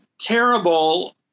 terrible